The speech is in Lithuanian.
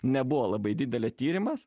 nebuvo labai didelė tyrimas